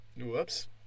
Whoops